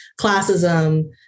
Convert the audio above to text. classism